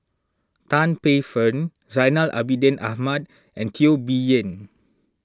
Tan Paey Fern Zainal Abidin Ahmad and Teo Bee Yen